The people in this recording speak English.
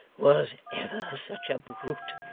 was ever such a brute!